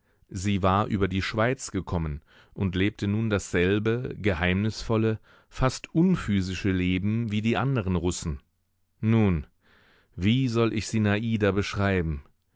sie war über die schweiz gekommen und lebte nun dasselbe geheimnisvolle fast unphysische leben wie die anderen russen nun wie soll ich sinada beschreiben